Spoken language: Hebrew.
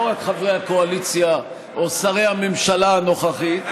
לא רק חברי הקואליציה או שרי הממשלה הנוכחית,